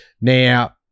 Now